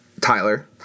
Tyler